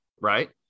right